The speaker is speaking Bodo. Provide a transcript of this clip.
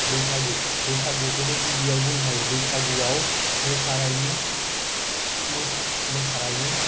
बैसागु बैसागुखौनो गिबियाव बुंनो हायो बैसागुआव मोसानायनि